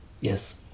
Yes